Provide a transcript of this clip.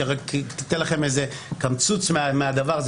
שרק תיתן לכם איזה קמצוץ מהדבר הזה,